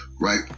right